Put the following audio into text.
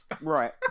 Right